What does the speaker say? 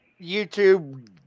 YouTube